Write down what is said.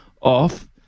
off